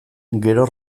gero